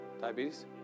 Diabetes